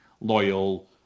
loyal